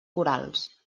corals